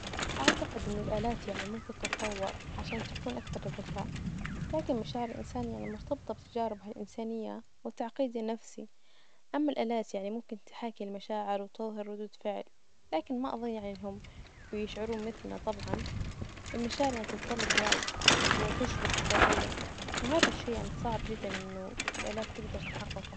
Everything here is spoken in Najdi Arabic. أعتقد إنه الآلات يعني ممكن تتطور عشان تكون أكثر ذكاء، لكن مشاعر الإنسان يعني مرتبطة بتجاربها الإنسانية والتعقيد النفسي، أما الآلات يعني ممكن تحاكي المشاعر وتظهر ردود فعل، لكن ما أظن يعني إنهم بيشعرون مثلنا طبعا، المشاعر يعني تتطلب وعي وتجربة حقيقية، وهذا الشي يعني صعب جدا إنه الآلات تجدر تحققه.